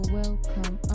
welcome